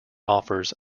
offers